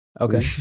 Okay